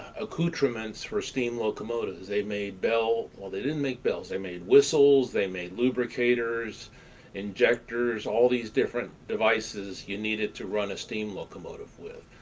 accoutrements for steam locomotives. they made bells well, they didn't make bells they made whistles they made lubricators injectors all these different devices you needed to run a steam locomotive with.